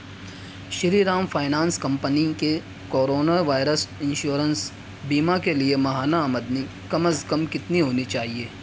شری Ram finance company کے corona virus insurance بیمہ کے لیے ماہانہ آمدنی کم از کم کتنی ہونی چاہیے